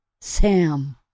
Sam